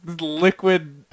liquid